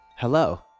Hello